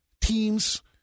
Teams